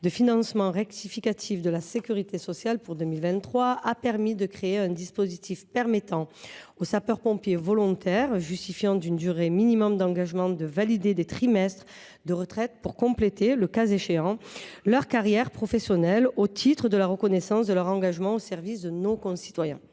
de financement rectificative de la sécurité sociale pour 2023 a créé un dispositif permettant aux sapeurs pompiers volontaires, justifiant d’une durée minimum d’engagement, de valider des trimestres de retraite pour compléter, le cas échéant, leur carrière professionnelle au titre de la reconnaissance de leur engagement au service de nos concitoyens.